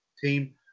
team